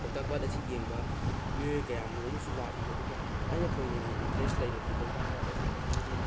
ꯂꯣꯛꯇꯥꯛ ꯄꯥꯠ ꯑꯁꯤ ꯌꯦꯡꯕ ꯃꯤꯑꯣꯏ ꯀꯌꯥ ꯃꯔꯨꯝ ꯑꯃꯁꯨ ꯂꯥꯛꯏ ꯑꯗꯨꯒ ꯑꯩꯅ ꯊꯣꯏꯅ ꯍꯦꯟꯅ ꯏꯟꯇꯔꯦꯁ ꯂꯩꯔꯤꯕꯗꯤ ꯂꯣꯛꯇꯥꯛ ꯄꯥꯠ ꯑꯁꯤꯗ ꯍꯥꯏꯕꯗꯤ